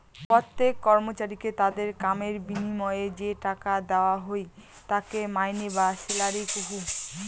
প্রত্যেক কর্মচারীকে তাদের কামের বিনিময়ে যে টাকা দেওয়া হই তাকে মাইনে বা স্যালারি কহু